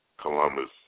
Columbus